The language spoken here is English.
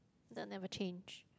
that never change